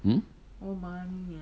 mm